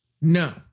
no